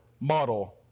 Model